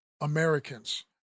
Americans